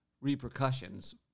repercussions